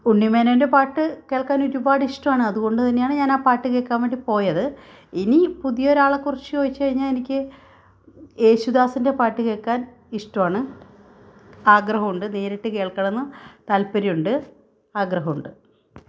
ഉണ്ണി മോനോന്റെ പാട്ട് കേള്ക്കാന് ഒരുപാട് ഇഷ്ടമാണ് അതുകൊണ്ടാണ് ആ പാട്ട് കേള്ക്കാന് വേണ്ടി പോയത് ഇനി പുതിയ ഒരാളെക്കുറിച്ച് ചോദിച്ചുകഴിഞ്ഞാൽ എനിക്ക് യേശുദാസിന്റെ പാട്ട് കേള്ക്കാന് ഇഷ്ടം ആണ് ആഗ്രഹം ഉണ്ട് നേരിട്ട് കേള്ക്കണമെന്ന് താൽപര്യമുണ്ട് ആഗ്രഹമുണ്ട്